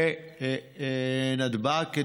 בנתב"ג,